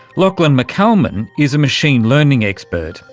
lachlan mccalman is a machine learning expert,